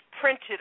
printed